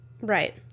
Right